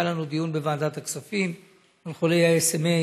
היה לנו דיון בוועדת הכספים עם חולי ה-SMA,